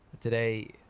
Today